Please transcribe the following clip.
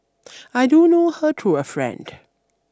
I do know her through a friend